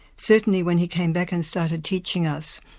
certainly when he came back and started teaching us,